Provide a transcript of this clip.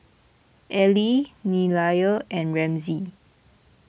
Allie Nelia and Ramsey